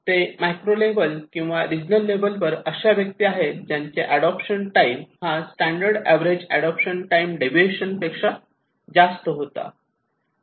ते macro level किंवा regional level वर अशा व्यक्ती आहेत ज्यांचा अडोप्शन टाईम हा standard average adoption time deviation पेक्षा जास्त होता